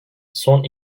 son